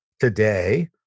today